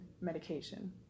medication